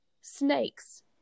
snakes